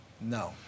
No